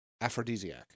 aphrodisiac